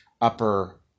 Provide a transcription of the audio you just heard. upper